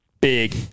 big